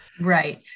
Right